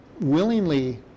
willingly